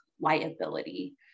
liability